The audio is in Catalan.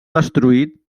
destruït